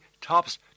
tops